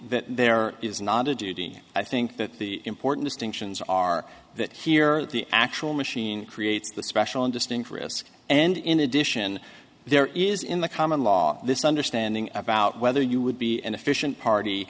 that there is not a duty i think that the important distinctions are that here the actual machine creates the special and distinct risk and in addition there is in the common law this understanding about whether you would be an efficient party